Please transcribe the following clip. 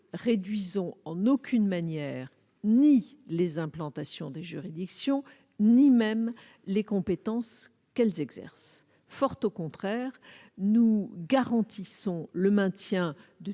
réduisons en aucune manière ni les implantations des juridictions ni même les compétences qu'elles exercent. Fort au contraire, nous garantissons le maintien de